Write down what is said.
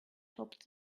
topped